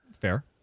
Fair